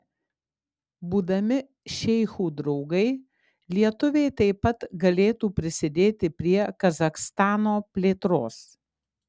būdami šeichų draugai lietuviai taip pat galėtų prisidėti prie kazachstano plėtros